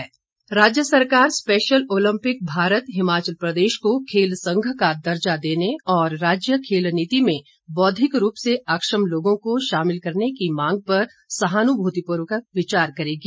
special Olympic राज्य सरकार special Olympic Bharat Himachal Pradesh को खेल संघ का दर्जा देने और राज्य खेल नीति में बौद्विक रूप से अक्षम लोगों को शामिल करने के मांग पर सहानुभूतिपूर्वक विचार करेगी